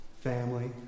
Family